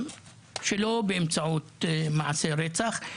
באמצעים אחרים ולא באמצעות מעשי רצח.